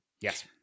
Yes